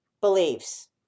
beliefs